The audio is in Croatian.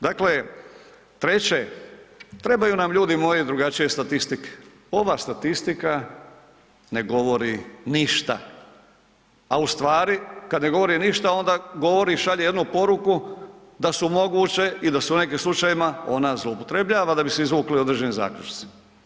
Dakle treće, trebaju nam ljudi moji drugačije statistike, ova statistika ne govori ništa, a u stvari kad ne govori ništa onda govori i šalje jednu poruku da su moguće i da su u nekim slučajevima ona zloupotrebljava da bi se izvukli određeni zaključci.